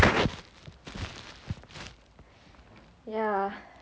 yeah